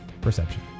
Perception